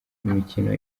imikino